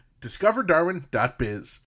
discoverdarwin.biz